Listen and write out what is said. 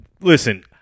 listen